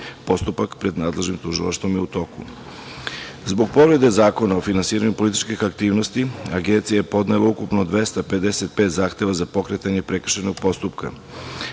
Postupak pred nadležnim tužilaštvom je u toku. Zbog povrede Zakona o finansiranju političkih aktivnosti, Agencija je podnela ukupno 255 zahteva za pokretanje prekršajnog postupka.